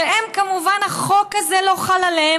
שכמובן החוק הזה לא חל עליהם,